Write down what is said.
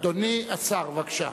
אדוני השר, בבקשה.